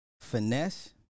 finesse